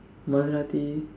Maserati